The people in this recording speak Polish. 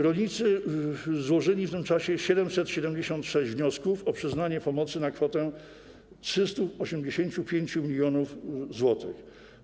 Rolnicy złożyli w tym czasie 776 wniosków o przyznanie pomocy na kwotę 385 mln zł.